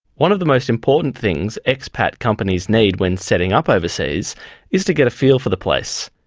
one of the most important things expat companies need when setting up overseas is to get a feel for the place.